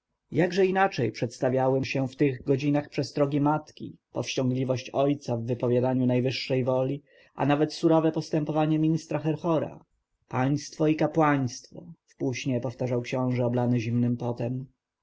jakże inaczej przedstawiały mu się w tych godzinach przestrogi matki powściągliwość ojca w wypowiadaniu najwyższej woli a nawet surowe postępowanie ministra herhora państwo i kapłaństwo w półśnie powtarzał książę oblany zimnym potem